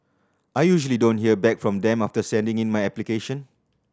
I usually don't hear back from them after sending in my application